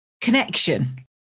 connection